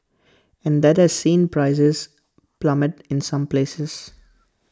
and that has seen prices plummet in some places